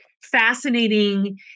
fascinating